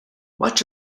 much